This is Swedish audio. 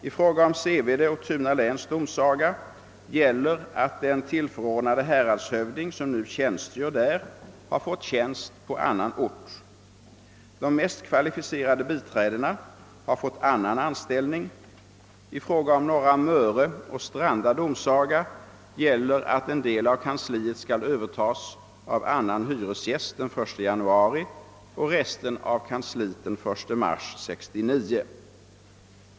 I fråga om Sevede och Tunaläns domsaga gäller att den tillförordnade häradshövding, som nu tjänstgör där, har fått tjänst på annan ort. De mest kvalificerade biträdena har fått annan anställning. I fråga om Norra Möre och Stranda domsaga gäller att en del av kansliet skall övertas av annan hyresgäst den 1 januari och resten av kansliet den 1 mars 1969.